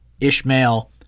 Ishmael